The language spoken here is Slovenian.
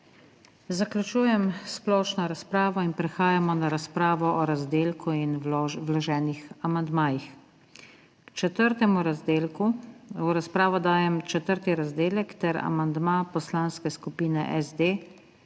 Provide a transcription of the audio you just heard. Zaključujem splošno razpravo in prehajamo na razpravo o razdelku in vloženih amandmajih. V razpravo dajem četrti razdelek ter amandma Poslanske skupine SD